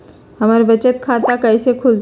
हमर बचत खाता कैसे खुलत?